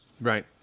Right